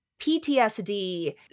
PTSD